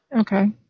Okay